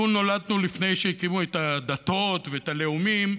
לו נולדנו לפני שהקימו את הדתות ואת הלאומים,